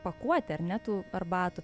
pakuotę ar ne tų arbatų